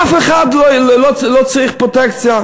אף אחד לא צריך פרוטקציה.